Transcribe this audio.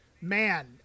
man